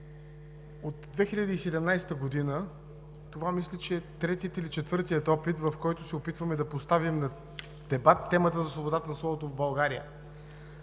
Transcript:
от 2017 г. това е третият или четвъртият опит, в който се опитваме да поставим на дебат темата за свободата на словото в България.